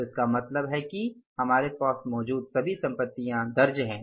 तो इसका मतलब है कि हमारे पास मौजूद सभी संपत्तियां दर्ज हैं